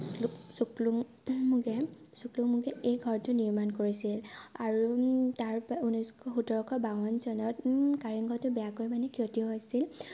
চ্লুক চুকলুং মুখে চুকলুং মুখে এই ঘৰটো নিৰ্মাণ কৰিছিল আৰু তাৰপৰা ঊনৈছশ সোতৰশ বাৱন চনত কাৰেংঘৰটো বেয়াকৈ মানে ক্ষতি হৈছিল